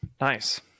Nice